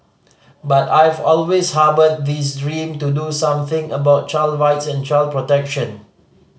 but I've always harboured this dream to do something about child rights and child protection